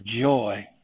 joy